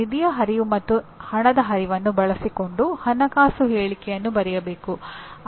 ನಾವು ಮೊದಲೇ ಹೇಳಿದಂತೆ ಎಂಜಿನಿಯರ್ಗಳು ಯಾವಾಗಲೂ ತಂಡಗಳಲ್ಲಿ ಕೆಲಸ ಮಾಡುತ್ತಾರೆ